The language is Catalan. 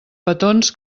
petons